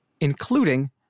including